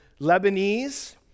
Lebanese